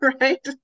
right